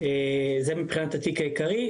זה מבחינת התיק העיקרי.